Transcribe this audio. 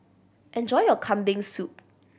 enjoy your Kambing Soup